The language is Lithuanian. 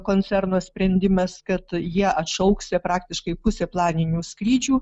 koncerno sprendimas kad jie atšauks jie praktiškai pusę planinių skrydžių